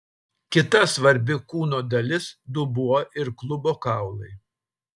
kita svarbi kūno dalis dubuo ir klubo kaulai